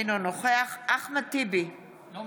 אינו נוכח אחמד טיבי, אינו